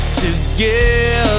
together